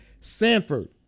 Sanford